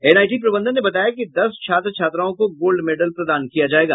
NIT प्रबंधन ने बताया कि दस छात्र छात्राओं को गोल्ड मेडल प्रदान किया जायेगा